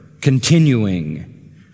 continuing